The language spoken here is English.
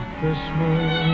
Christmas